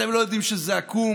אתם לא יודעים שזה עקום?